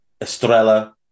Estrella